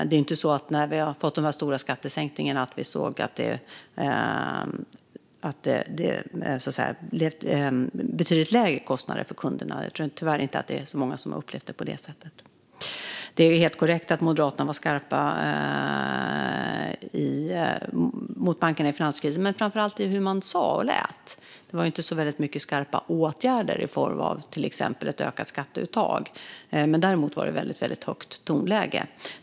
Det är ju inte så att vi såg betydligt lägre kostnader för kunderna när vi fick den stora skattesänkningen. Jag tror tyvärr inte att det är så många som har upplevt det på det sättet. Det är helt korrekt att Moderaterna var skarpa mot bankerna under finanskrisen, men det var framför allt i vad man sa och hur man lät. Det var inte så mycket skarpa åtgärder i form av till exempel ett ökat skatteuttag, men det var ett högt tonläge.